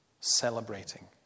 celebrating